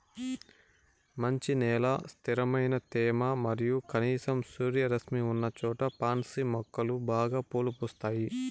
మంచి నేల, స్థిరమైన తేమ మరియు కనీసం సూర్యరశ్మి ఉన్నచోట పాన్సి మొక్కలు బాగా పూలు పూస్తాయి